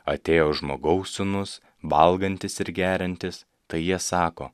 atėjo žmogaus sūnus valgantis ir geriantis tai jie sako